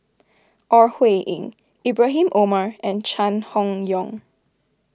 Ore Huiying Ibrahim Omar and Chai Hon Yoong